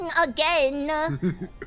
Again